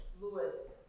Lewis